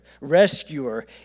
rescuer